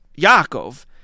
Yaakov